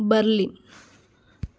Berlin